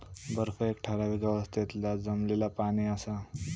बर्फ एक ठरावीक अवस्थेतला जमलेला पाणि असा